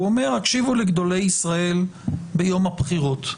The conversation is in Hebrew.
הוא אומר: הקשיבו לגדולי ישראל ביום הבחירות.